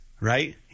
right